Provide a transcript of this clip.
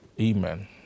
amen